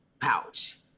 pouch